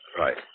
Right